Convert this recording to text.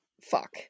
fuck